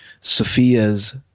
Sophia's